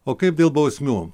o kaip dėl bausmių